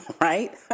right